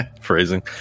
phrasing